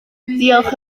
diolch